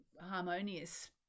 harmonious